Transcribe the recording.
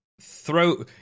throw